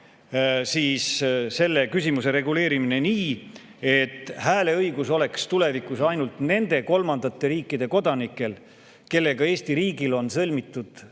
on selle küsimuse reguleerimine nii, et hääleõigus oleks tulevikus ainult nende kolmandate riikide kodanikel, kelle riigiga Eesti riigil on sõlmitud